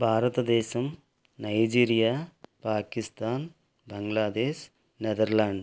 Bharatadesam Nigeria Pakistan Bangladesh Netherland